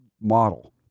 model